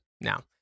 now